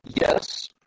Yes